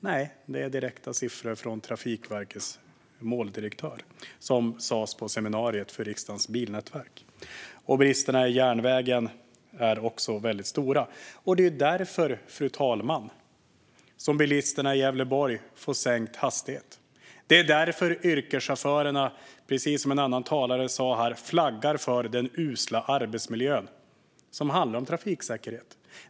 Nej, det är direkta siffror som vi fick från Trafikverkets måldirektör på seminariet för Riksdagens bilnätverk. Bristerna i järnvägen är också väldigt stora. Det är därför, fru talman, som bilisterna i Gävleborg får sänkt hastighet. Det är därför yrkeschaufförerna, precis som en annan talare sa här, varnar för den usla arbetsmiljön när det handlar om trafiksäkerhet.